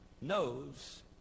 knows